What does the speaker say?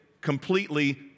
completely